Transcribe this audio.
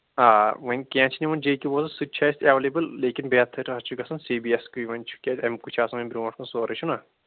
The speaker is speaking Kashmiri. آ وۅنۍ کیٚنٛہہ چھِ نِوان جے کے بوس سُہ تہِ چھُ اَسہِ ایویلیبٔل لیکِن بہتر حظ چھُ گژھان حظ سی بی ایس کُے وۅنۍ چھُ کیٛازِ اَمکُے چھُ آسان وۅنۍ برٛونٛٹھ کُن سورُے چھُناہ